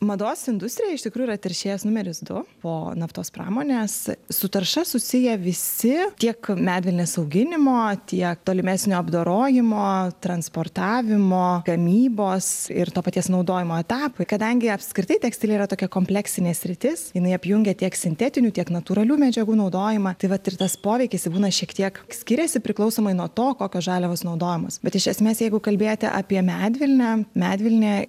mados industrija iš tikrųjų yra teršėjas numeris du po naftos pramonės su tarša susiję visi tiek medvilnės auginimo tiek tolimesnio apdorojimo transportavimo gamybos ir to paties naudojimo etapai kadangi apskritai tekstilė yra tokia kompleksinė sritis jinai apjungia tiek sintetinių tiek natūralių medžiagų naudojimą tai vat ir tas poveikis būna šiek tiek skiriasi priklausomai nuo to kokios žaliavos naudojamos bet iš esmės jeigu kalbėti apie medvilnę medvilnė